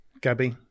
Gabby